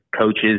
coaches